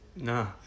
No